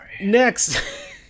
Next